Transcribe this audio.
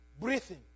breathing